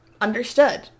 understood